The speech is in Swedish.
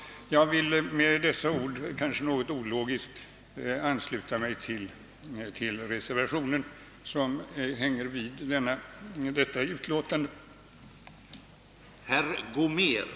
Jag vill med dessa ord — kanske något ologiskt — ansluta mig till den vid förevarande utlåtande fogade reservationen I.